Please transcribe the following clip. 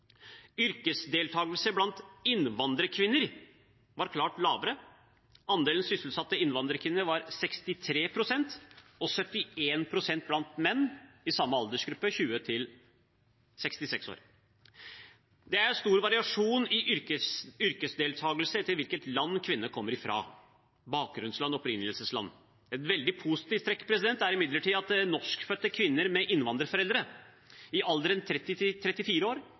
blant innvandrerkvinner var klart lavere. Andelen sysselsatte innvandrerkvinner var 63 pst. og 71 pst. blant menn i samme aldersgruppe, 20–66 år. Det er stor variasjon i yrkesdeltakelsen etter hvilket land kvinnene kommer fra, altså bakgrunnsland, opprinnelsesland. Et veldig positivt trekk er imidlertid at norskfødte kvinner med innvandrerforeldre, i alderen